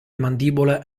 mandibola